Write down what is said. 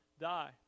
die